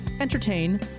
entertain